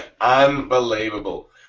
unbelievable